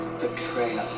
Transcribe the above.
betrayal